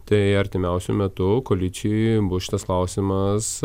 tai artimiausiu metu koalicijoj bus šitas klausimas